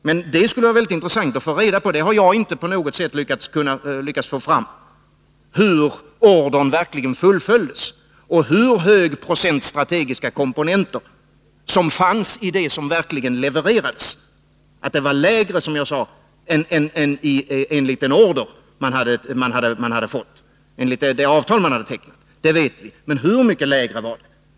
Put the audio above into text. Men det skulle som sagt vara mycket intressant att få reda på — jag har inte lyckats få fram detta — hur ordern verkligen fullföljdes och hur hög procent strategiska komponenter som fanns i det som verkligen levererades. Att procenten var lägre än den som angivits i det avtal som tecknats vet vi, men hur mycket lägre var den?